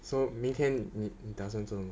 so 明天你打算做什么